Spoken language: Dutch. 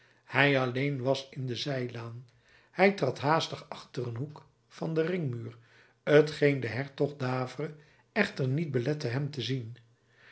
hij alleen was in de zijlaan hij trad haastig achter een hoek van den ringmuur t geen den hertog d'havré echter niet belette hem te zien